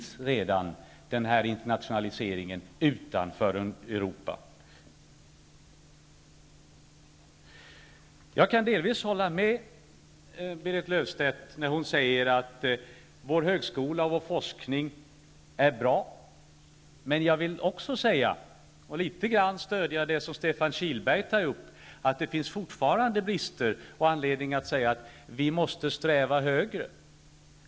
Så internationalisering finns redan utanför Jag kan delvis hålla med Berit Löfstedt när hon säger att vår högskola och vår forskning är bra, men jag vill också säga -- och där stödjer jag litet grand det som Stefan Kihlberg tog upp -- att det fortfarande finns brister och anledning att säga att vi måste sträva högre.